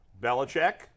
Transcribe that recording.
Belichick